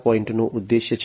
0 નો ઉદ્દેશ્ય છે